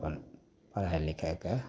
अपन पढ़ाइ लिखाइके